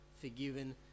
forgiven